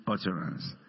utterance